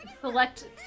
select